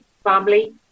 family